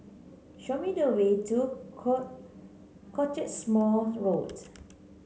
show me the way to Cottesmore Road